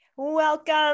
Welcome